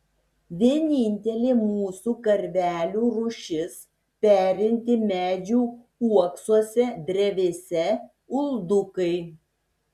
vienintelė mūsų karvelių rūšis perinti medžių uoksuose drevėse uldukai